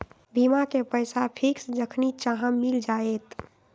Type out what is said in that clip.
बीमा के पैसा फिक्स जखनि चाहम मिल जाएत?